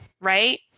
Right